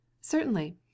Certainly